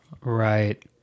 Right